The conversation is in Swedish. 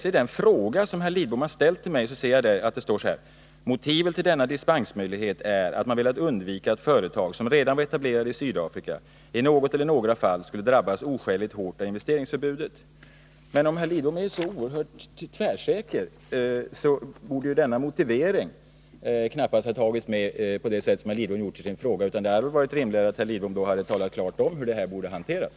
Men i den fråga som herr Lidbom har ställt till mig står det: ”Motivet till denna dispensmöjlighet är att man velat undvika att företag, som redan var etablerade i Sydafrika, i något eller några fall skulle drabbas oskäligt hårt av investeringsförbudet.” Om nu herr Lidbom är så oerhört tvärsäker om hur lagen skall tolkas i detta fall, borde denna motivering knappast ha tagits med i frågan, utan då hade det varit rimligare att herr Lidbom klart hade talat om hur det här ärendet skulle ha hanterats.